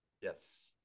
Yes